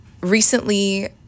recently